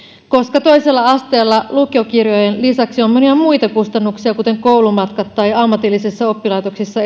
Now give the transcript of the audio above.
koska toisella asteella lukiokirjojen lisäksi on monia muita kustannuksia kuten koulumatkat tai esimerkiksi ammatillisissa oppilaitoksissa